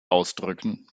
ausdrücken